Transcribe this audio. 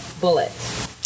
bullet